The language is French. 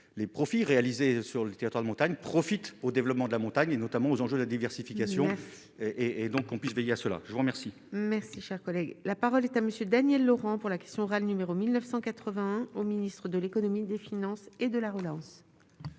les profits réalisés sur le théâtre montagne profite au développement de la montagne et notamment aux enjeux de la diversification et et donc qu'on puisse veiller à cela, je vous remercie. Merci, cher collègue, la parole est à Monsieur Daniel Laurent pour la question orale numéro 1981 au ministre de l'Économie et des finances et de la relance.